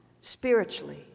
spiritually